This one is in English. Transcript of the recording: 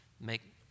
make